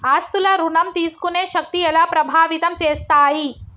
ఆస్తుల ఋణం తీసుకునే శక్తి ఎలా ప్రభావితం చేస్తాయి?